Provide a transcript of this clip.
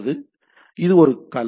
எனவே இது ஒரு களம்